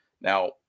Now